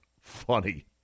funny